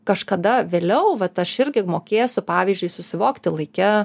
kažkada vėliau vat aš irgi mokėsiu pavyzdžiui susivokti laike